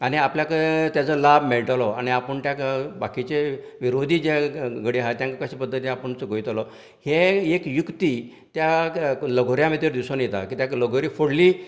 आनी आपल्याक ताचो लाभ मेळटलो आनी आपूण तेका बाकीचेय विरोधी जे घडये तेंकां कशें पध्दतीन आपूण चुकयतलो हे एक युक्ती त्या लगोऱ्या भितर दिसोन येता कित्याक की लगोरी फोडली